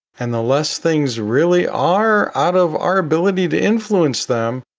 and the less things really are out of our ability to influence them.